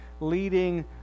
leading